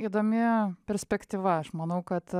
įdomi perspektyva aš manau kad